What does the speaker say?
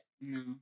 No